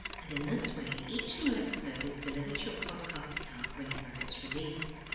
and in this way, each new episode is delivered to your podcast account whenever it's released.